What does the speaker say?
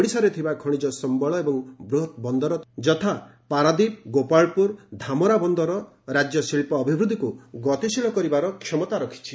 ଓଡ଼ିଶାରେ ଥିବା ଖଶିଜ ସମ୍ଭଳ ଏବଂ ବୃହତ ବନ୍ଦର ଯଥା ପାରାଦୀପ ଗୋପାଳପୁର ଧାମରା ବନ୍ଦର ରାଜ୍ୟ ଶିଳ୍ପ ଅଭିବୃଦ୍ଧିକୁ ଗତିଶୀଳ କରିବାର କ୍ଷମତା ରଖିଛି